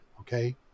okay